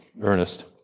Ernest